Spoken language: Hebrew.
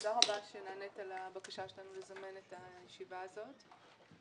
תודה רבה שנענית לבקשה שלנו לזמן את הישיבה הזאת,